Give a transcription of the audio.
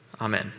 Amen